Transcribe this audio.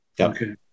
okay